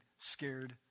scared